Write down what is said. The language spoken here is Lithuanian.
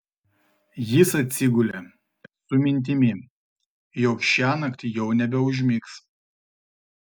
jis atsigulė su mintimi jog šiąnakt jau nebeužmigs